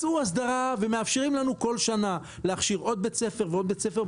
מצאו הסדרה ומאפשרים לנו כל שנה להכשיר עוד בית ספר ועוד בית ספר,